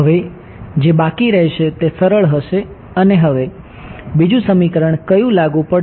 હવે જે બાકી રહેશે તે સરળ હશે અને હવે બીજું સમીકરણ કયું લાગુ પડશે